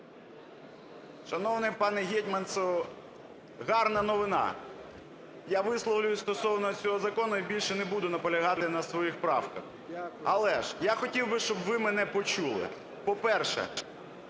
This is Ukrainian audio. Шановний пане Гетманцев, гарна новина: я висловлюся стосовно цього закону і більше не буду наполягати на своїх правках. Але ж я хотів, щоб ви мене почули, по-перше,